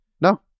no